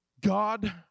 God